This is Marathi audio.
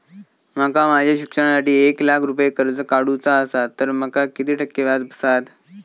माका माझ्या शिक्षणासाठी एक लाख रुपये कर्ज काढू चा असा तर माका किती टक्के व्याज बसात?